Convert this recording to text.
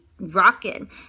rocking